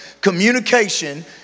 Communication